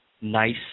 nice